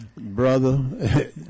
brother